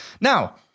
Now